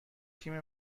تیم